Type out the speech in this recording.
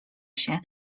się